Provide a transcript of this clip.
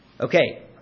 Okay